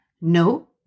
no